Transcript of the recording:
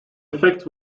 effect